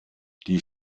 die